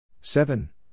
seven